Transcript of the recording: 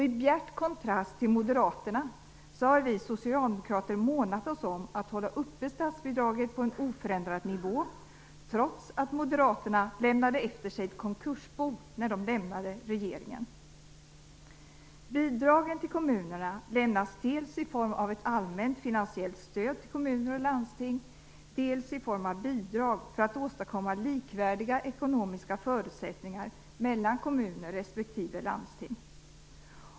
I bjärt kontrast till moderaterna har vi socialdemokrater månat oss om att hålla uppe statsbidraget på en oförändrad nivå, trots att moderaterna lämnade efter sig ett konkursbo när de lämnade regeringen. Bidragen till kommunerna lämnas dels i form av ett allmänt finansiellt stöd till kommuner och landsting, dels i form av bidrag för att åstadkomma likvärdiga ekonomiska förutsättningar mellan kommuner respektive landsting.